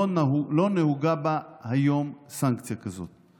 לא נהוגה בה היום סנקציה כזאת.